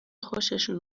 خوششون